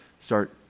start